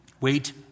Wait